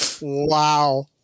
Wow